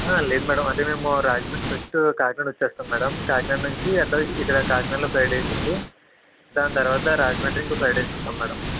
లేదు మ్యాడం అంటే మేము రాజమండ్రి ఫస్టు కాకినాడ వచ్చేస్తాం మ్యాడం కాకినాడ నుంచి అక్కడ ఇక్కడ కాకినాడలో ఫైవ్ డేసు ఉండి దాని తర్వాత రాజమండ్రి ఇంకో ఫైవ్ డేసు ఉంటాం మ్యాడం